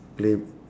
play